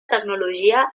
tecnologia